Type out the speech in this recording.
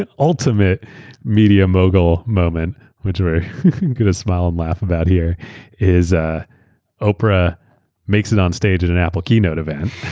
ultimate media mogul moment which we're going to smile and laugh about here is ah oprah makes it on stage at an apple keynote event.